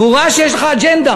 והוא ראה שיש לך אג'נדה.